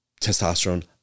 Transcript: Testosterone